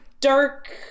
dark